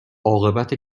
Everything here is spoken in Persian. عاقبت